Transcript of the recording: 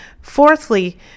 Fourthly